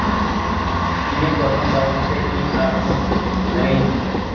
ᱤᱧᱟᱹᱜ ᱜᱚᱴᱷᱚᱱ ᱵᱟᱵᱚᱛᱮ ᱤᱧ ᱟᱨᱦᱚᱸ ᱞᱟᱹᱭᱟᱹᱧ ᱢᱮ